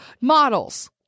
models